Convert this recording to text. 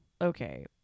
okay